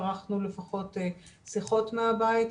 ערכנו לפחות שיחות מהבית,